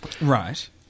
Right